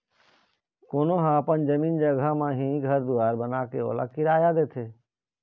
कोनो ह अपन जमीन जघा म ही घर दुवार बनाके ओला किराया देथे